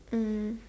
mm